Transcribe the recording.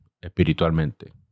espiritualmente